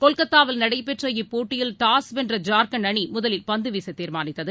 கொல்கத்தாவில் நடைபெற்ற இப்போட்டியில் டாஸ் வென்ற ஜார்க்கண்ட் அணிமுதலில் பந்துவீசதீர்மானித்தது